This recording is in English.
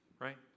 right